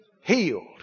healed